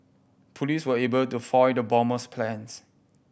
police were able to foil the bomber's plans